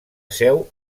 seu